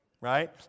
Right